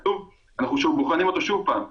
אנחנו בוחנים אותו שוב פעם,